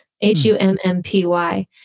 H-U-M-M-P-Y